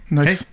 nice